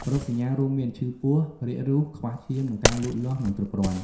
រោគសញ្ញារួមមាន ឈឺពោះ រាគរូស ខ្វះឈាម និងការលូតលាស់មិនគ្រប់គ្រាន់។